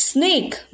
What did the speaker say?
Snake